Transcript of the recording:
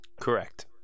correct